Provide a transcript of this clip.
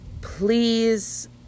please